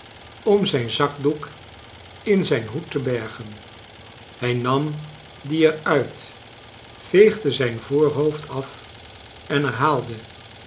om zijn zakdoek in zijn hoed te bergen hij nam clien er uit veegde zijn voorhoofd af en herhaalde